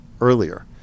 earlier